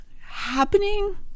happening